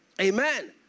Amen